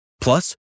Plus